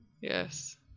Yes